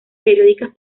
periódicas